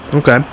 Okay